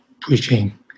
preaching